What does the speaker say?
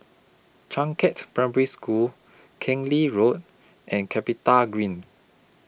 Changkat's Primary School Keng Lee Road and Capitagreen